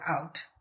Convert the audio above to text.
out